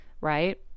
right